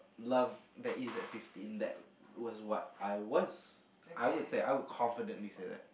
love that is at fifteen that was what I was I would say I would confidently say that